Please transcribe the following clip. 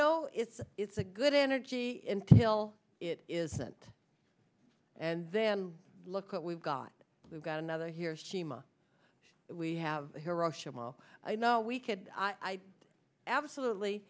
know it's it's a good energy in till it isn't and then look what we've got we've got another here sima we have hiroshima i know we can i absolutely